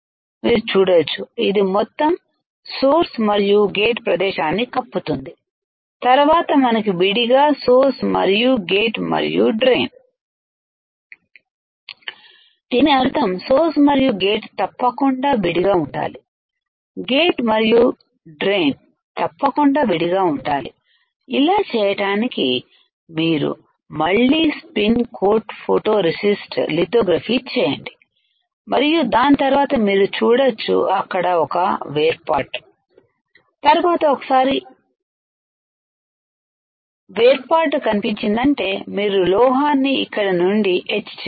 మీరు చూడొచ్చు ఇది మొత్తం సోర్స్ మరియు గేట్ ప్రదేశాన్ని కప్పుతుంది తరువాత మనకి విడిగా సోర్స్ గేటు మరియు డ్రైన్ దీని అర్థం సోర్స్ మరియు గేట్ తప్పకుండా విడిగా ఉండాలి గేటు మరియుడ్రైన్ తప్పకుండా విడిగా ఉండాలి ఇలా చేయటానికి మీరు మళ్ళి spin coat photo resist lithography చేయండి మరియు తర్వాత మీరు చూడొచ్చు అక్కడ ఒక వేర్పాటు తర్వాత ఒకసారి వేర్పాటు కనిపించిందంటే మీరు లోహాన్ని ఇక్కడి నుండి ఎచ్ చేయాలి